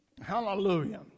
Hallelujah